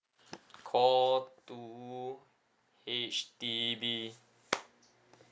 call two H_D_B